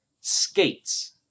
skates